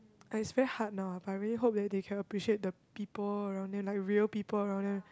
but it's very hard now ah but I really hope that they can appreciate the people around them like real people around them